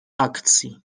akcji